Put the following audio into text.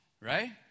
Right